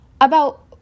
About